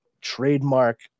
trademark